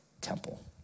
temple